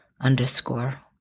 underscore